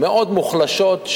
מאוד מוחלשות,